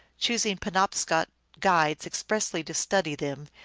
choosing penobscot guides expressly to study them,